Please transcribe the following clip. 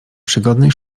przygodnej